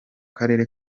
karere